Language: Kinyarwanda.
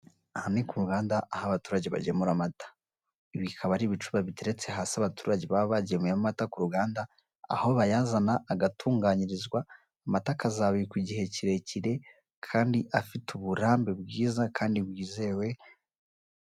Aha ni ku ruganda aho abaturage bagemura amata ibi akaba ari ibicuba biteretse hasi abaturage baba bagemuyemo amata ku ruganda aho bayazana agatunganyirizwa amata akzabikwa igihe kirekire kandi afite uburambe bwiza kandi bwizewe.